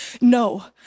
No